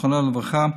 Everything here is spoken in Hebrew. זיכרונה לברכה,